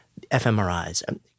fMRIs